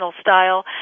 style